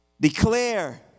declare